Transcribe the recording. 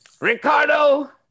Ricardo